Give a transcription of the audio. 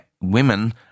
women